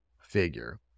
figure